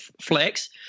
flex